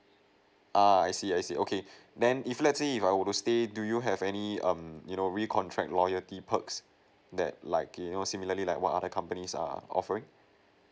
ah I see I see okay then if let's say if I were to stay do you have any um you know re contract loyalty perks that like you know similarly like what other companies are offering